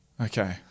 Okay